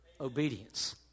Obedience